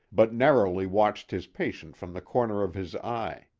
but narrowly watched his patient from the corner of his eye.